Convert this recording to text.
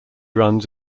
runs